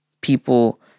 people